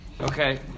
Okay